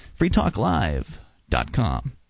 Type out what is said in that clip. freetalklive.com